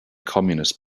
communist